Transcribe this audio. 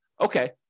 okay